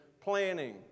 planning